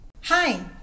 Hi